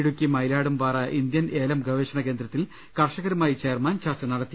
Idukki Mailadumpara Indian ഏലം ഗവേഷണ കേന്ദ്രത്തിൽ കർഷകരുമായി ചെയർമാൻ ചർച്ച നടത്തി